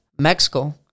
Mexico